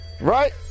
Right